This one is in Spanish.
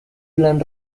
plan